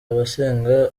abasenga